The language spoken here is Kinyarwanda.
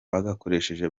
bagakoresheje